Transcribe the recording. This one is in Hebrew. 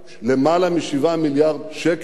יותר מ-7 מיליארד שקל,